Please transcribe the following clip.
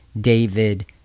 David